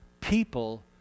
People